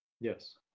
Yes